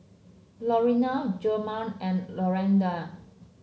Laurene Jemal and Lawanda